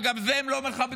וגם את זה הם לא מכבדים?